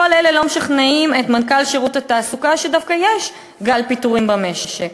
כל אלה לא משכנעים את מנכ"ל שירות התעסוקה שדווקא יש גל פיטורים במשק.